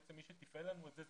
בעצם מי שתפעל לנו את זה,